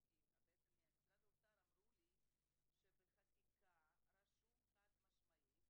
--- ממשרד האוצר אמרו לי שבחקיקה רשום חד משמעית